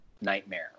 nightmare